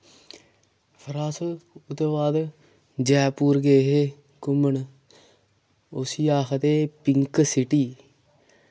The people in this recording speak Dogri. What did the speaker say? फिर अस उ'दे बाद जैपुर गे हे घुम्मन उस्सी आखदे पिंक सिटी